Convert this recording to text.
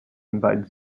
invade